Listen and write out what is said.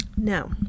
now